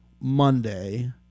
monday